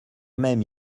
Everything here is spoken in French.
même